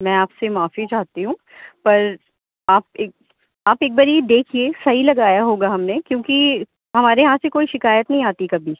میں آپ سے معافی چاہتی ہوں پر آپ ایک آپ ایک بار یہ دیکھیے صحیح لگایا ہوگا ہم نے کیونکہ ہمارے یہاں سے کوئی شکایت نہیں آتی کبھی